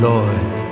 Lord